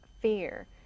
fear